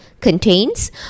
contains